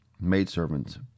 maidservants